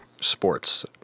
sports